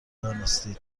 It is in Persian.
دانستید